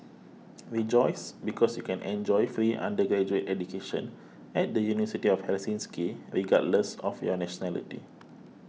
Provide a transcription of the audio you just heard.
rejoice because you can enjoy free undergraduate education at the University of Helsinki regardless of your nationality